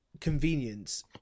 convenience